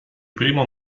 primo